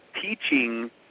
teaching